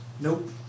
Nope